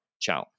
Ciao